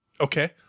Okay